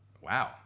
Wow